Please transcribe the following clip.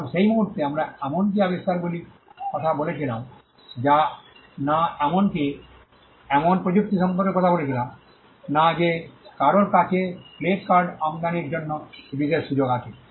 এখন সেই মুহুর্তে আমরা এমনকি আবিষ্কারগুলির কথা বলছিলাম না এমনকি এমন প্রযুক্তি সম্পর্কেও কথা বলছিলাম না যে কারও কারও কাছে প্লে কার্ড আমদানির জন্য এই বিশেষ সুযোগ রয়েছে